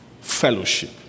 fellowship